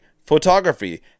photography